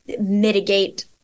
mitigate